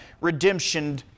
redemption